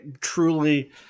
truly